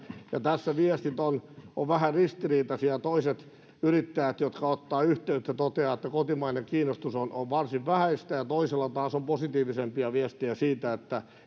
ja tässä viestit ovat vähän ristiriitaisia toiset yrittäjät jotka ottavat yhteyttä toteavat että kotimainen kiinnostus on on varsin vähäistä ja toisilla taas on positiivisempia viestejä siitä että